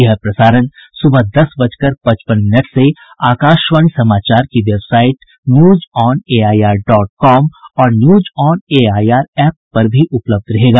यह प्रसारण सुबह दस बज कर पचपन मिनट से आकाशवाणी समाचार की website news on AIR dot com और न्यूज ऑन एआईआर एप पर भी उपलब्ध रहेगा